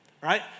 right